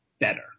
Better